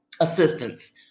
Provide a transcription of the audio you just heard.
assistance